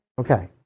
Okay